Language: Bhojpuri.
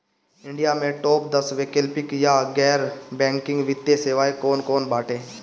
इंडिया में टाप दस वैकल्पिक या गैर बैंकिंग वित्तीय सेवाएं कौन कोन बाटे?